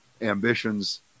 ambitions